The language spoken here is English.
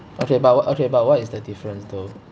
okay but what okay but what is the difference though